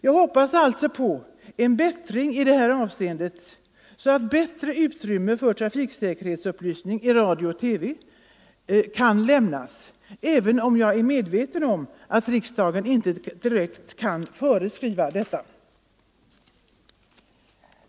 Jag hoppas alltså på en bättring i detta avseende, så att bättre utrymme för trafiksäkerhetsupplysning i radio och TV kan lämnas, även om jag är medveten om att riksdagen inte direkt kan föreskriva detta.